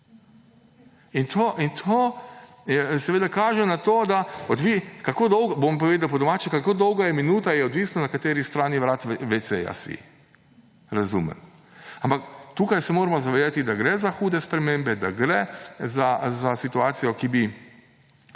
In to seveda kaže na to, bom povedal po domače, kako dolga je minuta, je odvisno od tega, na kateri strani vrat WC-ja si. Razumemo. Ampak tukaj se moramo zavedati, da gre za hude spremembe, da gre za situacijo, ki bi